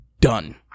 done